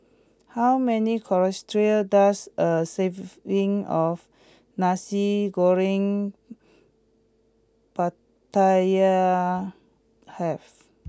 how many calories does a serving of Nasi Goreng Pattaya have